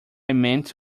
meant